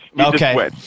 Okay